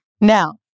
Now